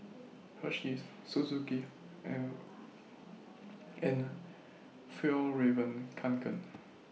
Hersheys Suzuki and and Fjallraven Kanken